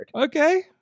Okay